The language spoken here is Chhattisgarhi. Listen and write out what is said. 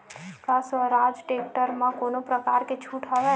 का स्वराज टेक्टर म कोनो प्रकार के छूट हवय?